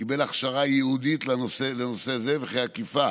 קיבל הכשרה ייעודית לנושא זה, וכי האכיפה